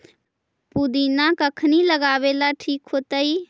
पुदिना कखिनी लगावेला ठिक होतइ?